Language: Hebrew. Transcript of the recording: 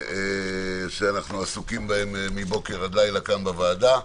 שאנחנו עסוקים מבוקר עד לילה כאן בוועדה.